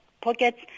pockets